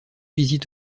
visite